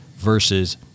versus